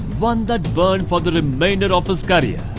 one that burnt for the remainder of his career.